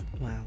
Wow